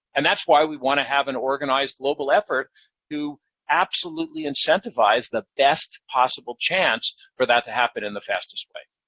and that's why we want to have an organized, global effort to absolutely incentivize the best possible chance for that to happen in the fastest way.